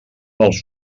els